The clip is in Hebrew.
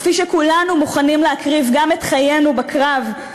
כפי שכולנו מוכנים להקריב גם את חיינו בקרב,